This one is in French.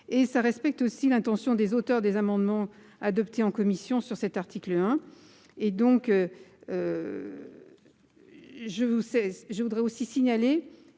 et ça respecte aussi l'intention des auteurs, des amendements adoptés en commission sur cet article, hein. Et donc je vous sais.